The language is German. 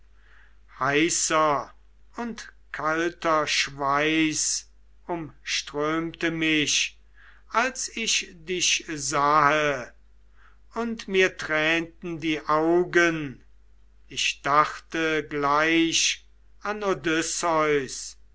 heißer und kalter schweiß umströmte mich als ich dich sahe und mir tränten die augen ich dachte gleich